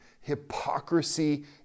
hypocrisy